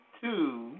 two